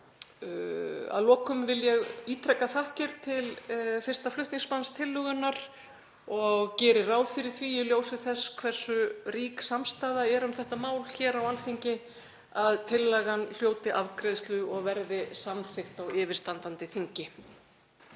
Að lokum vil ég ítreka þakkir til 1. flutningsmanns tillögunnar og geri ráð fyrir því, í ljósi þess hversu rík samstaða er um þetta mál hér á Alþingi, að tillagan hljóti afgreiðslu og verði samþykkt á yfirstandandi þingi.